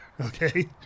Okay